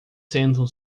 sentam